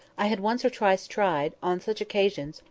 i had once or twice tried, on such occasions,